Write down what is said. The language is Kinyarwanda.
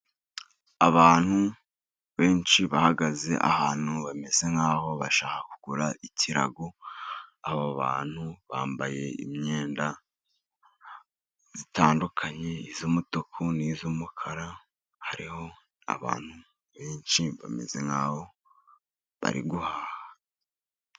Abantu benshi bahagaze ahantu bameze nk'aho bashaka kugura ikirago. Aba bantu bambaye imyenda itandukanye iy'umutuku n'iy'umukara, hariho abantu benshi bameze nk'aho bari guhaha.